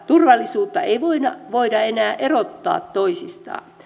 turvallisuutta ei voida voida enää erottaa toisistaan